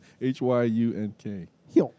H-Y-U-N-K